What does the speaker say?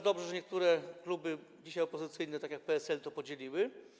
Dobrze, że niektóre kluby, dzisiaj opozycyjne, tak jak PSL, to podzieliły.